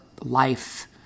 life